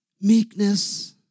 Meekness